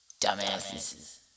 Dumbasses